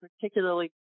particularly